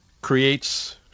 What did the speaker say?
Creates